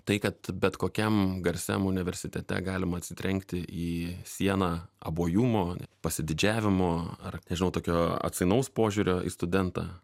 tai kad bet kokiam garsiam universitete galima atsitrenkti į sieną abuojumo pasididžiavimo ar nežinau tokio atsainaus požiūrio į studentą